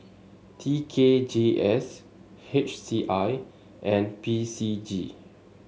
T K G S H C I and P C G